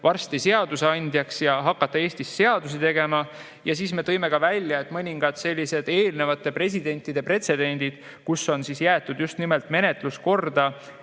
varsti seadusandjaks ja hakata Eestis seadusi tegema. Ja siis me tõime välja mõningad sellised eelnevate presidentide pretsedendid, kus on jäetud menetluskorda